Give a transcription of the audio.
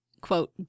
quote